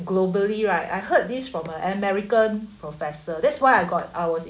globally right I heard this from an american professor that's why I got I was